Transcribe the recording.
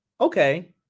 okay